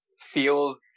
feels